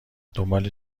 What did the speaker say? دنبال